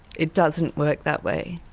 it doesn't work that way.